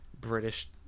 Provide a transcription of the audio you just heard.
British